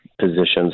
positions